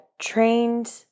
trained